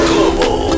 Global